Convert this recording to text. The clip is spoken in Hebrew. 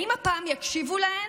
האם הפעם יקשיבו להן?